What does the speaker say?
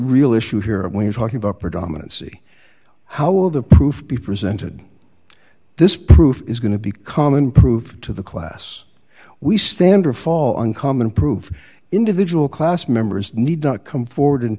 real issue here when you're talking about predominant see how will the proof be presented this proof is going to be common proved to the class we stand or fall on common prove individual class members need to come forward and